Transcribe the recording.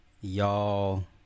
y'all